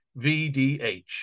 VDH